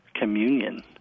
communion